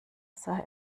sah